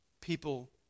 People